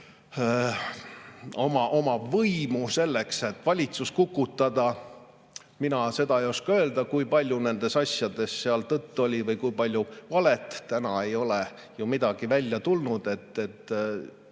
oma võimu selleks, et valitsus kukutada. Mina seda ei oska öelda, kui palju nendes asjades seal tõtt oli või kui palju valet, täna ei ole ju midagi välja tulnud.